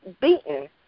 beaten